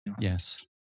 Yes